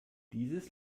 dieses